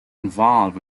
involved